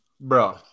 bro